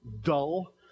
dull